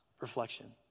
reflection